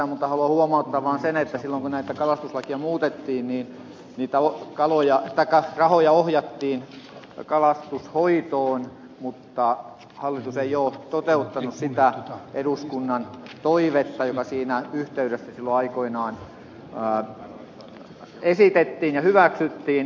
haluan huomauttaa vaan sen että silloin kun näitä kalastuslakeja muutettiin niin niitä rahoja ohjattiin kalastuksen hoitoon mutta hallitus ei ole toteuttanut sitä eduskunnan toivetta joka siinä yhteydessä silloin aikoinaan esitettiin ja hyväksyttiin